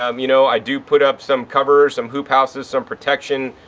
um you know. i do put up some covers, some hoop houses, some protection,